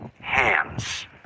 hands